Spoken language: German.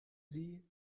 sie